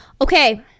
Okay